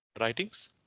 writings